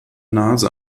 nase